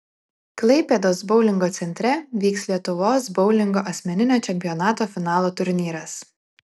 klaipėdos boulingo centre vyks lietuvos boulingo asmeninio čempionato finalo turnyras